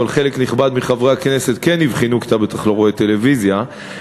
כי אתה בטח לא רואה טלוויזיה,